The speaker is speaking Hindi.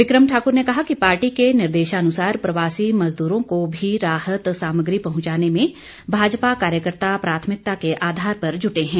बिक्रम ठाकुर ने कहा कि पार्टी के निर्देशानुसार प्रवासी मजदूरों को भी राहत सामग्री पहुंचाने में भाजपा कार्यकर्ता प्राथमिकता के आधार पर जुटे हैं